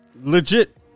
legit